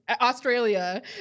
Australia